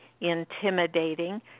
intimidating